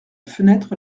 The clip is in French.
fenêtre